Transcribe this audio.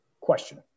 Question